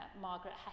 Margaret